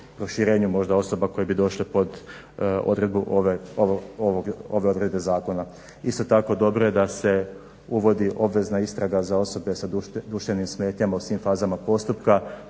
proširenju osoba koje bi došle pod odredbu ove odredbe zakona. Isto tako dobro je da se uvodi obvezna istraga za osobe sa duševnim smetnjama u svim fazama postupka.